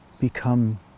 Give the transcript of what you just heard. Become